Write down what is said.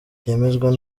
byemezwa